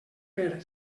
fer